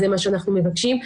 זה מה שאנחנו מבקשים.